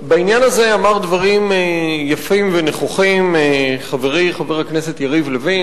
בעניין הזה אמר דברים יפים ונכוחים חברי חבר הכנסת יריב לוין.